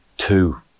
Two